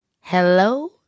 Hello